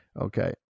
Okay